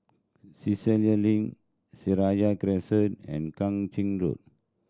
Cassia Link Seraya Crescent and Kang Ching Road